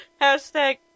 Hashtag